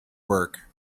work